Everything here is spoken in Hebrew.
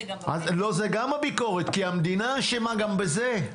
--- זו גם הביקורת כי המדינה אשמה גם בזה.